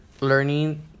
learning